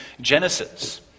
Genesis